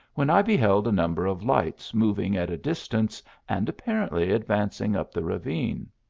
when i beheld a number of lights moving at a distance and apparently advanc ing up the ravine.